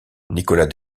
nicolas